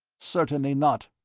certainly not.